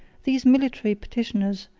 these military petitioners,